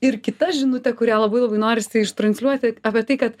ir kita žinutė kurią labai labai norisi ištransliuoti apie tai kad